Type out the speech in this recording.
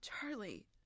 Charlie